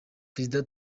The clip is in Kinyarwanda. perezida